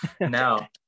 now